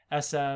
SM